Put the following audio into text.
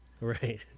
Right